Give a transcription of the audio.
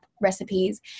recipes